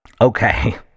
okay